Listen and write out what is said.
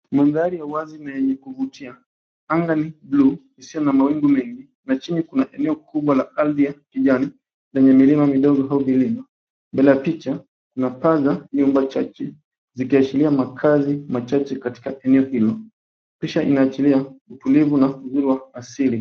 Mandhari ya wazi na yenye kuvutia. Anga ni bluu kupitia na mawingu mengi, na chini kuna eneo kubwa ya ardhi ya kijani lenye milima midogo au vilima. Mbele ya picha kuna paa za nyumba chache, zikiashiria makazi machache katika eneo hilo. Picha inaashiria utulivu na uzuri wa asili.